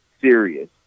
serious